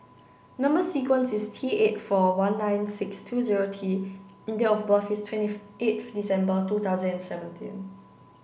number sequence is T eight four one nine six two zero T and date of birth is twenty eighth December two thousand and seventeen